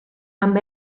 amb